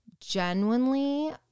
genuinely